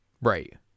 Right